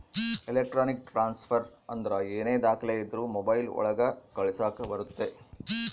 electronic transfer ಅಂದ್ರ ಏನೇ ದಾಖಲೆ ಇದ್ರೂ ಮೊಬೈಲ್ ಒಳಗ ಕಳಿಸಕ್ ಬರುತ್ತೆ